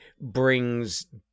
brings